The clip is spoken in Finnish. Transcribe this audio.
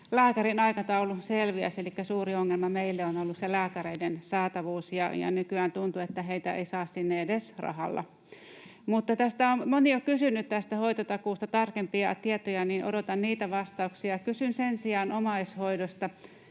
lääkärin aikataulu selviäisi. Elikkä suuri ongelma meille on ollut se lääkäreiden saatavuus, ja nykyään tuntuu, että heitä ei saa sinne edes rahalla. Kun moni on jo kysynyt tästä hoitotakuusta tarkempia tietoja, niin odotan niitä vastauksia ja kysyn sen sijaan omaishoidosta: